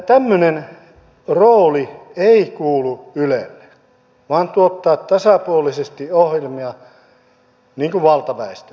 tämmöinen rooli ei kuulu ylelle vaan tuottaa tasapuolisesti ohjelmia valtaväestölle